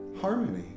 Harmony